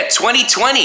2020